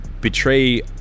betray